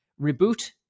reboot